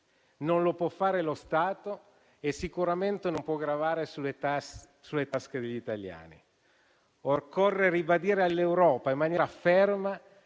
Non lo può fare lo Stato e sicuramente non possono gravare sulle tasche degli italiani. Occorre ribadire all'Europa in maniera ferma